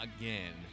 again